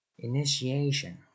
Initiation